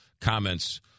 comments